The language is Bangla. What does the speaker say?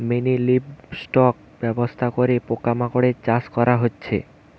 মিনিলিভস্টক ব্যবস্থা করে পোকা মাকড়ের চাষ করা হচ্ছে